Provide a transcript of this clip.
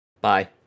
bye